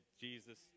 Jesus